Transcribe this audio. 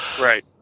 Right